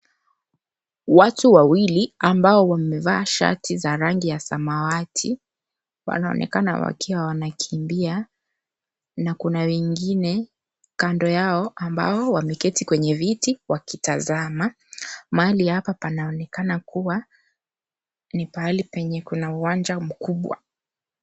Watu wawili ambao wamevaa shati za rangi ya samawati, wanaonekana wakiwa wanakimbia, na kuna wengine kando yao ambao wameketi kwenye viti wakitazama. Mahali hapa panaonekana kuwa, ni pahali penye kuna uwanja mkubwa.